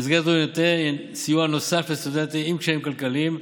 במסגרת זו יינתן סיוע נוסף לסטודנטים עם קשיים כלכליים,